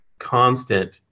constant